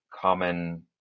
common